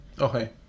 okay